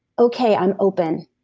okay, i'm open.